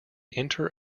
inter